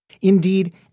Indeed